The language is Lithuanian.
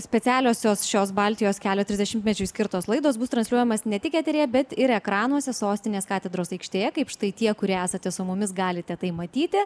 specialiosios šios baltijos kelio trisdešimtmečiui skirtos laidos bus transliuojamas ne tik eteryje bet ir ekranuose sostinės katedros aikštėje kaip štai tie kurie esate su mumis galite tai matyti